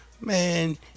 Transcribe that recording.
Man